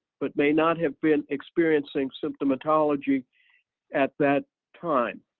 but may not have been experiencing symptomatology at that time.